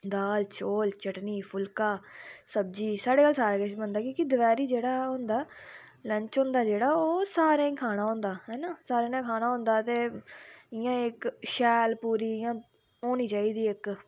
दाल चोल चटनी फुल्का सब्जी साढ़े घर सारा किश बनदा कि केह् दपैह्री जेह्डा होंदा लंच होंदा ओह् सारें खाना होंदा हैना सारें खाना होंदा ते इ'यां इक शैल पूरी इ'यां होनी चाहिदी इक